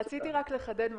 רציתי רק לחדד משהו,